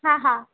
હા હા